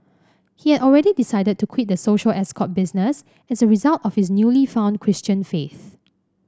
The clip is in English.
he had already decided to quit the social escort business as a result of his newly found Christian faith